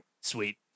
Sweet